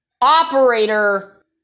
operator